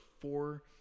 four